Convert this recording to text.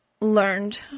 learned